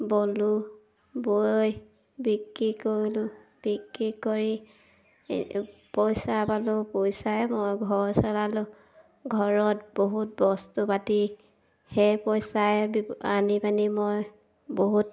ব'লোঁ বৈ বিক্ৰী কৰিলোঁ বিক্ৰী কৰি পইচা পালোঁ পইচাই মই ঘৰ চলালোঁ ঘৰত বহুত বস্তু পাতি সেই পইচাই আনি পেনি মই বহুত